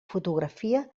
fotografia